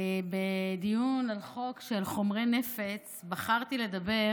בדיון על חוק של חומרי נפץ בחרתי לדבר